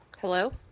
Hello